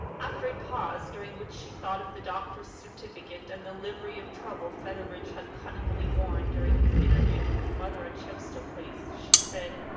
after a pause, during which she thought of the doctor's certificate and the livery of trouble feather bridge had cunningly worn during his interview with her mother at chepstow place, she said